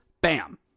Bam